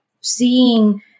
seeing